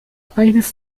eines